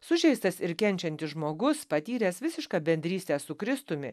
sužeistas ir kenčiantis žmogus patyręs visišką bendrystę su kristumi